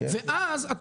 ואז אתה